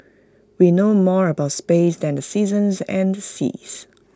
we know more about space than the seasons and the seas